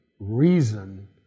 reason